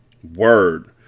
Word